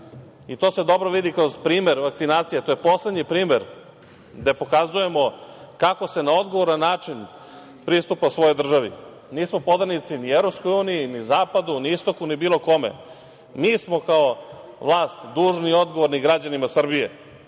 To se dobro vidi kroz primer vakcinacije. To je poslednji primer gde pokazujemo kako se na odgovoran način pristupa svojoj državi. Nismo podanici ni EU, ni Zapadu, ni Istoku, ni bilo kome. Mi smo kao vlast dužni i odgovorni građanima Srbije